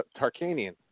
Tarkanian